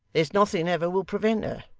there's nothing ever will prevent her.